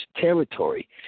territory